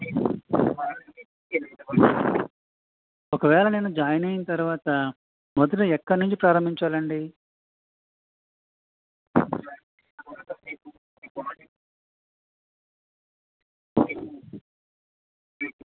ఒకవేళ నేను జాయిన్ అయిన తరవాత మొదట ఎక్కడనుంచి ప్రారంభించాలి అండి